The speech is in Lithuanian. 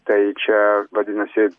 tai čia vadinasi